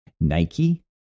Nike